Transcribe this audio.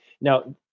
Now